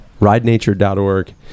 Ridenature.org